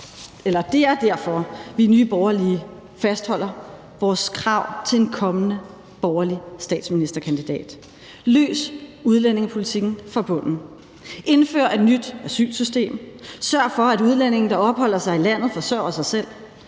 Det er derfor, vi i Nye Borgerlige fastholder vores krav til en kommende borgerlig statsministerkandidat: Løs udlændingepolitikken fra bunden; indfør et nyt asylsystem; sørg for, at udlændinge, der opholder sig i landet, forsørger sig selv;